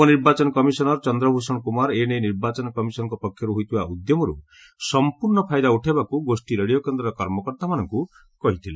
ଉପନିର୍ବାଚନ କମିଶନର ଚନ୍ଦ୍ରଭୂଷଣ କୁମାର ଏ ନେଇ ନିର୍ବାଚନ କମିଶନଙ୍କ ପକ୍ଷରୁ ହୋଇଥିବା ଉଦ୍ୟମରୁ ସଂପ୍ରର୍ଣ୍ଣ ଫାଇଦା ଉଠାଇବାକୁ ଗୋଷ୍ଠୀ ରେଡିଓ କେନ୍ଦ୍ରର କର୍ମକର୍ତ୍ତାମାନଙ୍କୁ କହିଥିଲେ